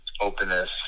openness